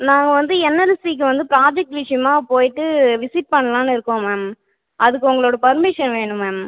நாங்கள் வந்து என்எல்சிக்கு வந்து ப்ராஜெக்ட் விஷயமா போய்விட்டு விசிட் பண்ணலான்னு இருக்கோம் மேம் அதுக்கு உங்களோட பர்மிசன் வேணும் மேம்